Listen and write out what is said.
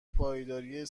پایداری